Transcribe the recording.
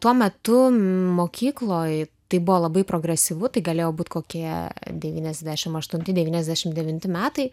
tuo metu mokykloj tai buvo labai progresyvu tai galėjo būti kokie devyniasdešimt aštuoni devyniasdešimt devinti metai